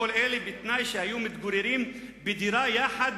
כל אלה בתנאי שהיו מתגוררים בדירה יחד